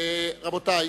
רבותי,